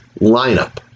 lineup